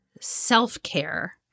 self-care